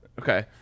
okay